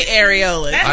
areolas